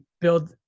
build